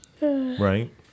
Right